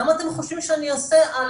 למה אתם חושבים שאני אעשה א',